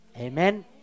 Amen